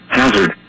hazard